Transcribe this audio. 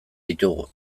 ditugu